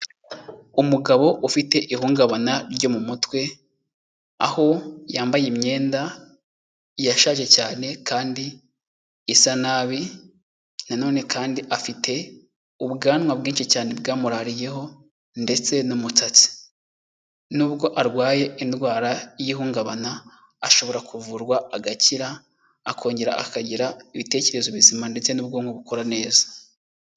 Umugabo ufite ihungabana ryo mu mutwe, aho yambaye imyenda yashaje cyane kandi isa nabi na none kandi afite ubwanwa bwinshi cyane bwamurariyeho ndetse n'umusatsi. Nubwo arwaye indwara y'ihungabana ashobora kuvurwa agakira, akongera akagira ibitekerezo bizima ndetse n'ubwonko bukora neza.